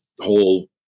whole